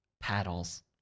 paddles